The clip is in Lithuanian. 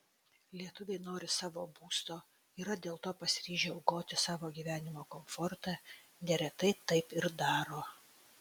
lietuviai nori savo būsto yra dėl to pasiryžę aukoti savo gyvenimo komfortą neretai taip ir daro